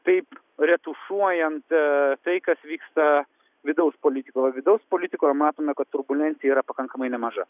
taip retušuojant tai kas vyksta vidaus politikoje o vidaus politikoje matome kad turbulencija yra pakankamai nemaža